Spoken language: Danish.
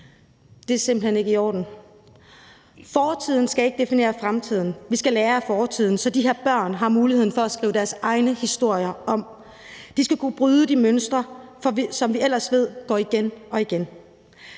Det er simpelt hen ikke i orden. Fortiden skal ikke definere fremtiden. Vi skal lære af fortiden, så de her børn har muligheden for at skrive deres egne historier om. De skal kunne bryde de mønstre, som vi ellers ved går igen og igen.